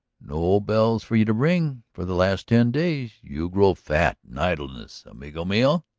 no bells for you to ring for the last ten days! you grow fat in idleness, amigo mio.